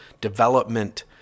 development